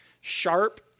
sharp